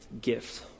gift